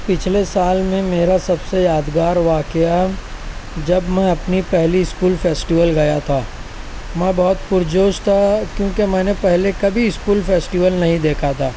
پچھلے سال میں میرا سب سے یادگار واقعہ جب میں اپنی پہلی اسکول فیسٹیول گیا تھا میں بہت پرجوش تھا کیونکہ میں نے پہلے کبھی اسکول فیسٹیول نہیں دیکھا تھا